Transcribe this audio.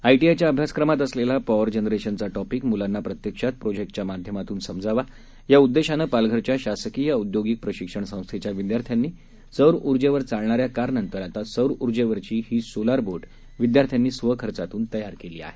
आयटीआयच्या अभ्यासक्रमात असलेला पॉवर जनरेशनचा टॉपिक मुलांना प्रत्यक्षात प्रोजेक्टच्या माध्यमातून समजावा या उद्देशानं पालघरच्या शासकीय औद्योगिक प्रशिक्षण संस्थेच्या विद्यार्थ्यांनी सौर ऊर्जेवर चालणाऱ्या कारनंतर आता सौर ऊर्जेवरील ही सोलर बोट या विद्यार्थ्यांनी स्व खर्चात्न तयार केली आहे